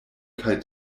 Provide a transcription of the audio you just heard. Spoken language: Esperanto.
kaj